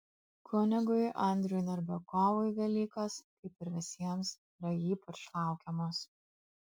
kunigui andriui narbekovui velykos kaip ir visiems yra ypač laukiamos